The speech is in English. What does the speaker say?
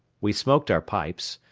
we smoked our pipes,